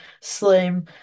slim